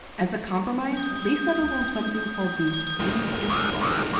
as a compromise, they settled on something called the three-fifths clause.